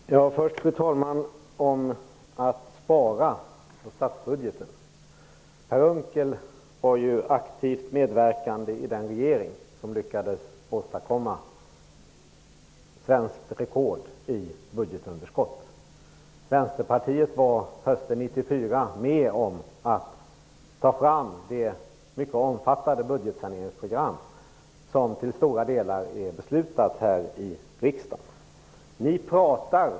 Fru talman! Låt mig först säga något om att spara på statsbudgeten. Per Unckel var ju aktivt medverkande i den regering som lyckades åstadkomma svenskt rekord i budgetunderskott. Vänsterpartiet var ju hösten 1994 med om att ta fram det mycket omfattande budgetsaneringsprogram som till stora delar är beslutat här i riksdagen.